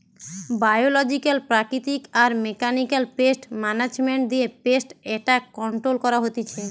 biological প্রাকৃতিক আর mechanical pest management দিয়ে পেস্ট এট্যাক কন্ট্রোল করা হতিছে